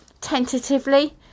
tentatively